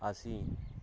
ਅਸੀਂ